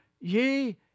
ye